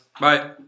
bye